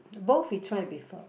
both we try before